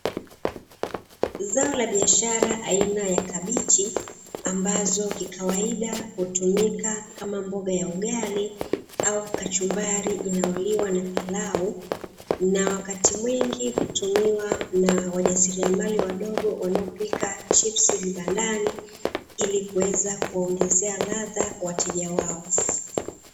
Zao la biashara aina ya kabichi ambazo kikawaida hutumika kama mboga ya ugali au kachumbari inayoliwa na pilau na wakati mwingi hutumiwa na wajasiriamali wadogo wanaopika chipsi vibandani ili kuweza kuongezea ladha wateja wao.